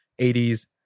80s